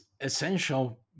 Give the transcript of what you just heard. essential